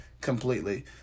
completely